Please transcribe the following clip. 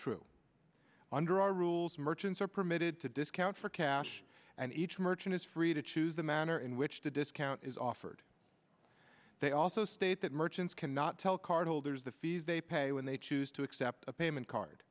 true under our rules merchants are permitted to discount for cash and each merchant is free to choose the manner in which the discount is offered they also state that merchants cannot tell cardholders the fees they pay when they choose to accept a payment card